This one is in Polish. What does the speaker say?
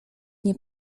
nie